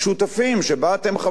שבה אתם חברי כנסת,